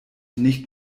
nicht